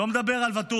אני לא מדבר על ואטורי,